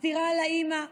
הסטירה לאימא,